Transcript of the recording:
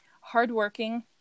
hardworking